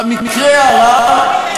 ובמקרה הרע,